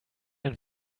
and